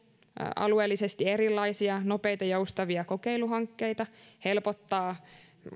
alueellisesti erilaisia nopeita joustavia kokeiluhankkeita helpottaa